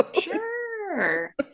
sure